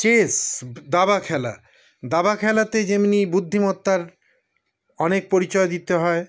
chess দাবা খেলা দাবা খেলাতে যেমনি বুদ্ধিমত্তার অনেক পরিচয় দিতে হয়